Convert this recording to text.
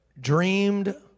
dreamed